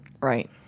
Right